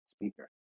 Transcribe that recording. speaker